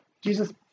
Jesus